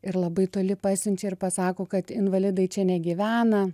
ir labai toli pasiunčia ir pasako kad invalidai čia negyvena